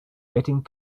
getting